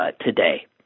today